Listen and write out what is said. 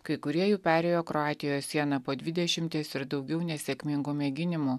kai kurie jų perėjo kroatijos sieną po dvidešimties ir daugiau nesėkmingų mėginimų